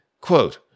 Quote